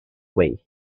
way